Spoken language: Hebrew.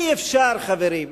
חברים,